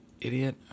idiot